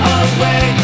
away